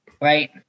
right